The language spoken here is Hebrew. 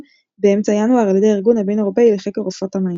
באמצע ינואר על ידי הארגון הבין-אירופי לחקר עופות המים.